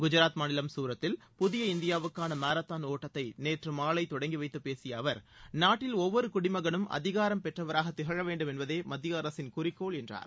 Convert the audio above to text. குஜராத் மாநிலம் சூரத்தில் புதிய இந்தியாவுக்கான மாரத்தான் ஒட்டத்தை நேற்று மாலை தொடங்கிவைத்து பேசிய அவர் நாட்டில் ஒவ்வொரு குடிமகனும் அதிகாரம் பெற்றவராக திகழவேண்டும் என்பதே மத்திய அரசின் குறிக்கோள் என்றார்